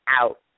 out